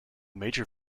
major